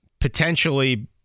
potentially